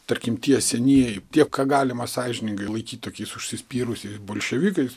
tarkim tie senieji tie ką galima sąžiningai laikyti tokiais užsispyrusiais bolševikais